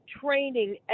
training